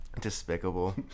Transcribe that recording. Despicable